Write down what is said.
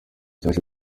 cyaje